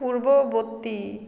পূর্ববর্তী